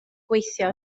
gweithio